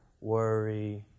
worry